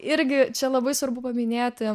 irgi čia labai svarbu paminėti